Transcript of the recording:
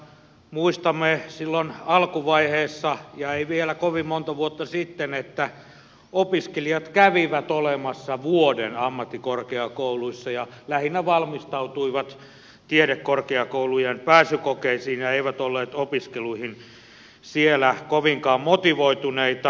muistamme silloin alkuvaiheessa ja ei vielä kovin monta vuotta sitten että opiskelijat kävivät olemassa vuoden ammattikorkeakouluissa ja lähinnä valmistautuivat tiedekorkeakoulujen pääsykokeisiin ja eivät olleet opiskeluihin ammattikorkeakouluissa kovinkaan motivoituneita